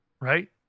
right